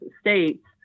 states